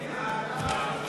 רע"ם-תע"ל-מד"ע,